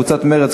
קבוצת מרצ,